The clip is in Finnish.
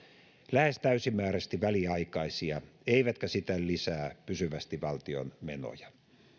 lähes täysimääräisesti väliaikaisia eivätkä siten lisää pysyvästi valtion menoja